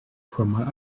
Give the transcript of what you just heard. from